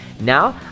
Now